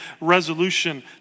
resolution